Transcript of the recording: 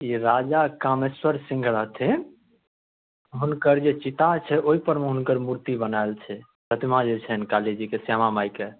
ई राजा कामेश्वर सिंह रहथिन हुनकर जे चिता छै ओहिपर मे हुनकर मूर्ति बनायल छै प्रतिमा जे छैन काली जीके श्यामा माइके